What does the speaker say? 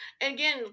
again